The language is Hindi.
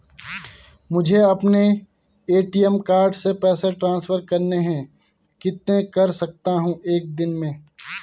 मुझे अपने ए.टी.एम कार्ड से पैसे ट्रांसफर करने हैं कितने कर सकता हूँ एक दिन में?